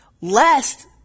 Lest